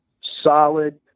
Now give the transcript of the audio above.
solid